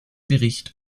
bericht